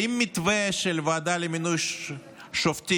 האם המתווה של הוועדה למינוי שופטים